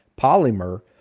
polymer